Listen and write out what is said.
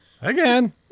Again